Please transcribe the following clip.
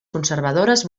conservadores